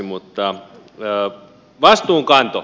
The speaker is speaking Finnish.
mutta vastuunkanto